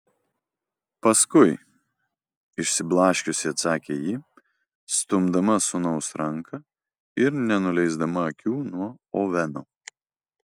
paskui išsiblaškiusi atsakė ji stumdama sūnaus ranką ir nenuleisdama akių nuo oveno